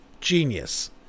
Genius